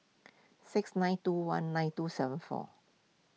six nine two one nine two seven four